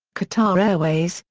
qatar airways,